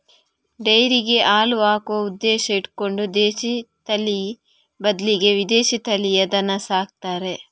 ಡೈರಿಗೆ ಹಾಲು ಹಾಕುವ ಉದ್ದೇಶ ಇಟ್ಕೊಂಡು ದೇಶೀ ತಳಿ ಬದ್ಲಿಗೆ ವಿದೇಶೀ ತಳಿಯ ದನ ಸಾಕ್ತಾರೆ